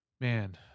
man